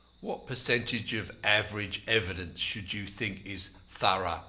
what percentage of average evidence should you think is thorough,